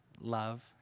love